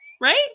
Right